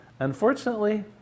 unfortunately